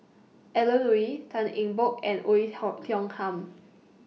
Alan Oei Tan Eng Bock and Oei Ho Tiong Ham